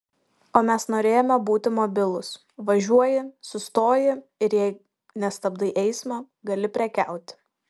o mes norėjome būti mobilūs važiuoji sustoji ir jei nestabdai eismo gali prekiauti